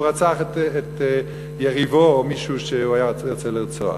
רצח את יריבו או מישהו שהוא היה רוצה לרצוח.